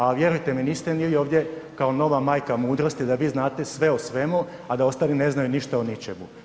A vjerujte mi, niste ni vi ovdje kao nova majka mudrosti da vi znate sve o svemu, a da ostali ne znaju ništa o ničemu.